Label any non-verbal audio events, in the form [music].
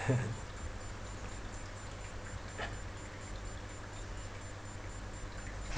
[laughs]